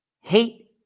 hate